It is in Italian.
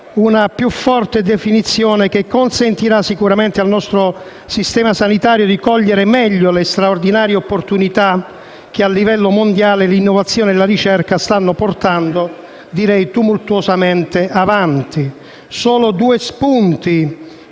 una più forte definizione che consentirà sicuramente al nostro sistema sanitario di cogliere meglio le straordinarie opportunità che, a livello mondiale, l'innovazione e la ricerca stanno portando avanti tumultuosamente. Vorrei segnalare solo